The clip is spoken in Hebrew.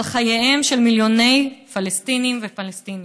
חייהם של מיליוני פלסטינים ופלסטיניות,